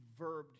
verbed